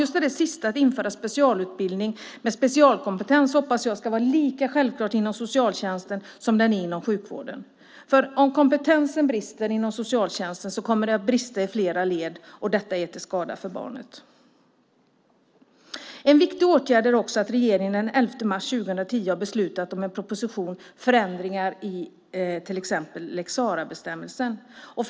Just det sista med att införa specialutbildning med specialkompetens hoppas jag ska vara lika självklart inom socialtjänsten som inom sjukvården. Om kompetensen brister i socialtjänsten kommer det att brista i flera led, och det är till skada för barnet. En viktig åtgärd är också att regeringen den 11 mars 2010 har beslutat om en proposition om förändringar i till exempel lex Sarah.